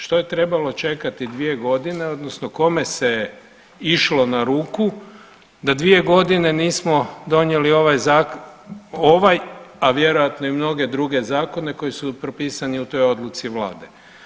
Što je trebalo čekati 2 godine, odnosno kome se išlo na ruku da 2 godine nismo donijeli ovaj, a vjerojatno i mnoge druge zakone koji su propisani i toj odluci Vlade.